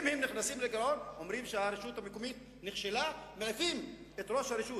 אם הם נכנסים לגירעון אומרים שהרשות המקומית נכשלה ומעיפים את ראש הרשות